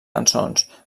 cançons